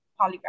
polygraph